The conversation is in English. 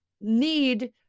need